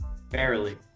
barely